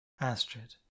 Astrid